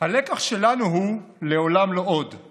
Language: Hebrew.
הלקח שלנו הוא "לעולם לא עוד";